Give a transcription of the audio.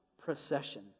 procession